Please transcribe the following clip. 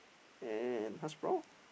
and hash brown